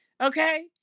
Okay